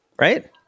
right